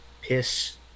piss